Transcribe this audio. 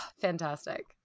fantastic